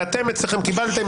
ואתם קיבלתם,